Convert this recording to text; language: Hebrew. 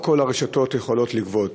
לא כל הרשתות יכולות לגבות,